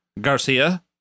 Garcia